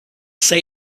say